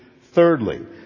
Thirdly